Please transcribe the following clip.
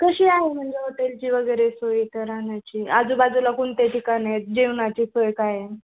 कशी आहे म्हणजे हॉटेलची वगैरे सोय इथं राहण्याची आजूबाजूला कोणते ठिकाण आहेत जेवणाची सोय काय आहे